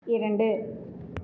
இரண்டு